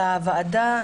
על הוועדה,